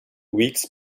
weeks